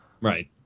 Right